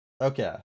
Okay